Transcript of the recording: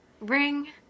Ring